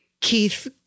Keith